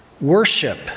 worship